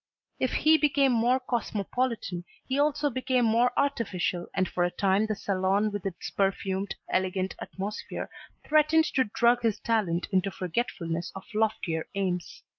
if he became more cosmopolitan he also became more artificial and for a time the salon with its perfumed, elegant atmosphere threatened to drug his talent into forgetfulness of loftier aims.